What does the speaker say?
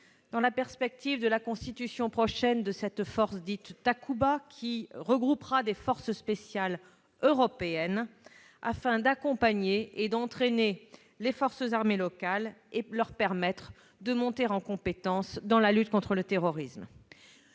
dans la perspective de la constitution prochaine de la force Takuba qui regroupera des forces spéciales européennes, afin d'accompagner et d'entraîner les forces armées locales et de leur permettre de monter en compétence dans la lutte contre le terrorisme.